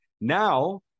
Now